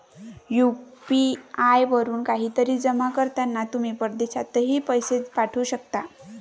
UPI वरून काहीतरी जमा करताना तुम्ही परदेशातही पैसे पाठवू शकता